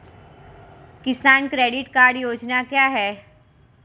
किसान credit card योजना क्या है?